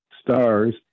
stars